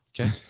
Okay